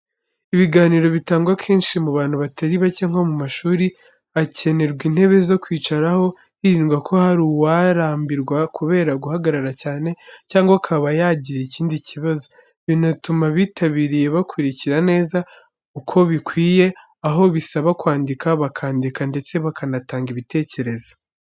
Ibiganiro bitangwa kenshi mu bantu batari bake nko mu mashuri, hakenerwa intebe zo kwicaraho hirindwa ko hari uwarambirwa kubera guhagarara cyane, cyangwa akaba yagira ikindi kibazo. Binatuma abitabiriye bakurikira neza uko bikwiye, aho bisaba kwandika bakandika ndetse bakanatanga ibitekerezo.